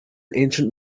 ancient